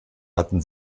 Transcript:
hatten